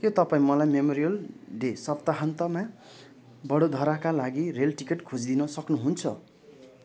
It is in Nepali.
के तपाईँ मलाई मेमोरियल डे सप्ताहन्तमा बडोधराका लागि रेल टिकट खोजिदिन सक्नुहुन्छ